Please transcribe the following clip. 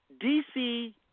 DC